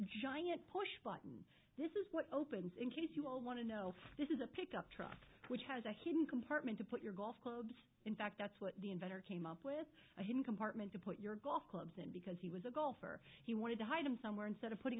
giant push button this is what opens in case you all want to know this is a pickup truck which has a hidden compartment to put your golf clubs in fact that's what the inventor came up with a hidden compartment to put your golf clubs in as he was a golfer he wanted to hide them somewhere instead of putting